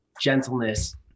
gentleness